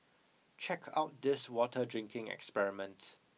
check out this water drinking experiment